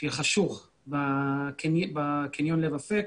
אזור חשוך בקניון לב אפק,